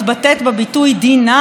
היא לא תתבטא באלימות.